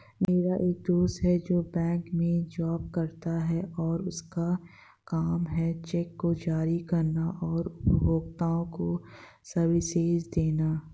मेरा एक दोस्त है जो बैंक में जॉब करता है और उसका काम है चेक को जारी करना और उपभोक्ताओं को सर्विसेज देना